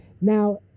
Now